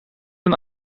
een